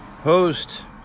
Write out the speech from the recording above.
Host